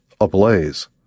ablaze